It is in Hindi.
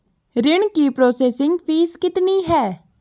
ऋण की प्रोसेसिंग फीस कितनी है?